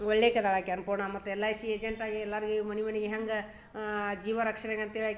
ಒಳ್ಳೆಕಿ ಅದಳ ಆಕೆ ಅನ್ನಪೂರ್ಣ ಮತ್ತು ಎಲ್ ಐ ಸಿ ಏಜೆಂಟ್ ಆಗಿ ಎಲ್ಲರ್ಗೆ ಮನೆ ಮನೆಗ್ ಹೆಂಗೆ ಜೀವರಕ್ಷಣೆಗೆ ಅಂತೇಳಿ ಆಕೆ